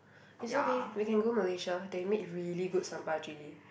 it's okay we can go Malaysia they make really good sambal chilli